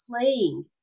playing